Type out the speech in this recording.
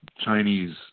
Chinese